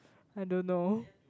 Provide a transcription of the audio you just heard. I don't know